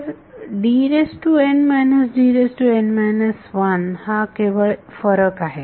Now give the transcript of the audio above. तर हा केवळ फरक आहे